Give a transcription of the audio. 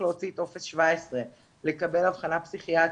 להוציא טופס 17 לקבל הבחנה פסיכיאטרית,